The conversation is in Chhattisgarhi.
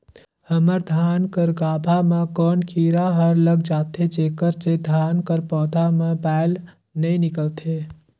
हमर धान कर गाभा म कौन कीरा हर लग जाथे जेकर से धान कर पौधा म बाएल नइ निकलथे?